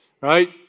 Right